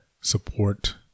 support